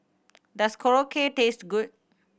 does Korokke taste good